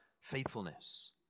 faithfulness